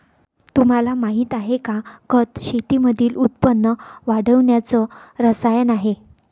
तुम्हाला माहिती आहे का? खत शेतीमधील उत्पन्न वाढवण्याच रसायन आहे